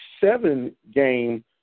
seven-game